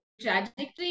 trajectory